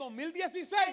2016